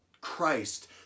Christ